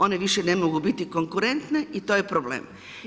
One više ne mogu biti konkurentne i to je problem.